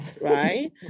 right